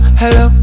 hello